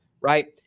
right